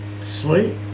Sweet